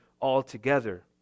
altogether